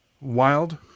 wild